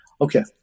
Okay